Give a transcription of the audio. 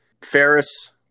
Ferris